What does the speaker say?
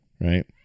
right